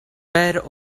per